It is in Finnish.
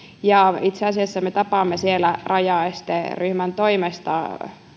ja itse asiassa me tapaamme siellä rajaesteryhmän toimesta